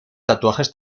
tatuajes